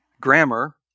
grammar